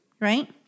right